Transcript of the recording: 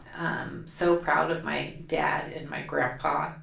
i'm so proud of my dad and my grandpa.